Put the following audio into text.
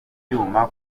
byuma